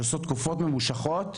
שעושות תקופות ממושכות,